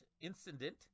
incident